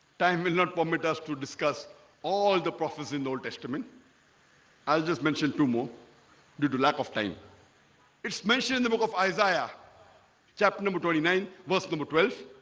time will not permit us to discuss all the prophecies in the old testament as just mentioned two more due to lack of time it's mentioned in the book of isaiah chapter number twenty nine verse number twelve